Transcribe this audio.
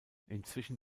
inzwischen